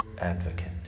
Advocate